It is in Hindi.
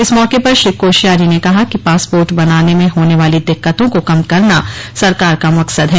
इस मौके पर श्री कोश्यारी ने कहा कि पासपोर्ट बनाने में होने वाली दिक्कतों को कम करना सरकार का मकसद है